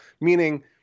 Meaning